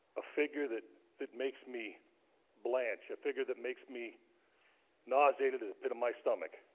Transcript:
a figure that that makes me blanche a figure that makes me nauseated the pit of my stomach